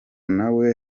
nawe